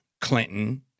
Clinton